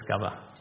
discover